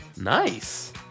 Nice